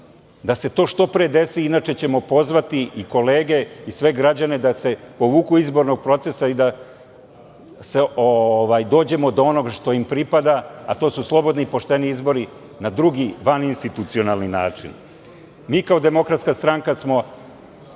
da se to što pre desi, inače ćemo pozvati i kolege i sve građane da se povuku iz izbornog procesa i da dođemo do onog što im pripada, a to su slobodni i pošteni izbori na drugi vaninstitucionalni način. Mi kao DS smo